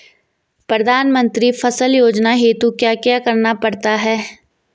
प्रधानमंत्री फसल योजना हेतु क्या क्या करना पड़ता है?